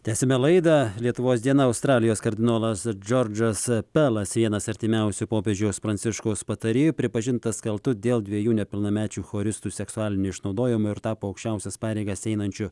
tęsime laidą lietuvos diena australijos kardinolas džordžas pelas vienas artimiausių popiežiaus pranciškaus patarėjų pripažintas kaltu dėl dviejų nepilnamečių choristų seksualinio išnaudojimo ir tapo aukščiausias pareigas einančiu